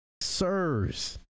sirs